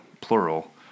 plural